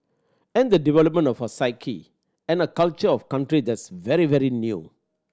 and the development of a psyche and culture of country that's very very new